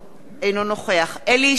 אינו נוכח אליהו ישי,